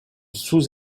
sous